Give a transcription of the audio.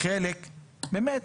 באמת,